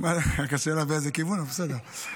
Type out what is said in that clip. השאלה באיזה כיוון, אבל בסדר.